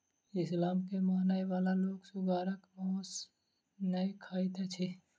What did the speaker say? इस्लाम के मानय बला लोक सुगरक मौस नै खाइत अछि